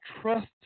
trust